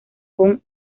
con